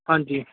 ਹਾਂਜੀ